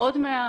עוד מעט.